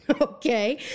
Okay